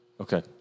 Okay